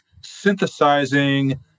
synthesizing